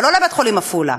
אבל לא לבית-חולים עפולה,